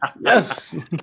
yes